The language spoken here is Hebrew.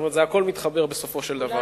זאת אומרת, הכול מתחבר בסופו של דבר.